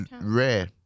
rare